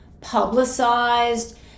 publicized